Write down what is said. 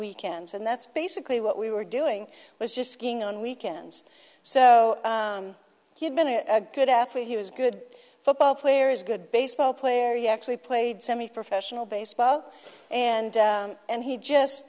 weekends and that's basically what we were doing was just skiing on weekends so given it a good athlete he was good football players good baseball player he actually played semi professional baseball and and he just